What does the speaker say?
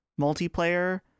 multiplayer